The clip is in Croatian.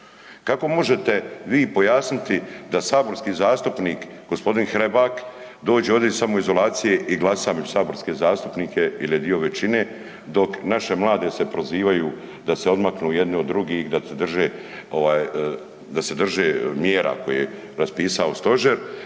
Kako možete vi pojasniti da saborski zastupnik gospodin Hrebak dođe ovdje iz samoizolacije i glasa među saborske zastupnike jel je dio većine dok naše mlade se prozivaju da se odmaknu jedni od drugih, da se drže mjera koje je raspisao stožer?